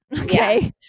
okay